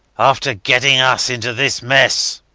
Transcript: after getting us into this mess.